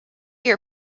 your